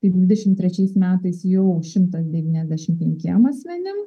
tai dvidešim trečiais metais jau šimtas devyniasdešim penkiem asmenim